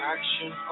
Action